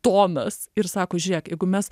tonas ir sako žiūrėk jeigu mes